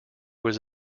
was